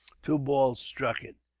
two balls struck it.